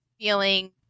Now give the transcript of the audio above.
feeling